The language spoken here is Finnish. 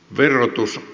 verotus